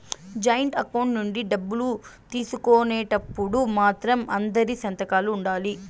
joint account నుంచి డబ్బులు తీసుకునేటప్పుడు మాత్రం అందరి సంతకాలు ఉండాలి